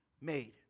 made